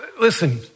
Listen